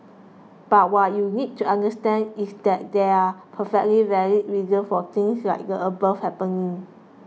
but what you need to understand is that there are perfectly valid reasons for things like the above happening